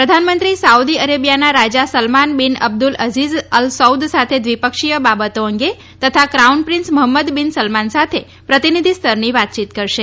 પ્રધાનમંત્રી સાઉદી અરેબિયાના રાજા Salman bin Abdul Aziz Al Saud સાથે દ્વિપક્ષીય બાબતો અંગે તથા crown prince Mohammed bin Salman સાથે પ્રતિનિધિસ્તરની વાતચીત કરશે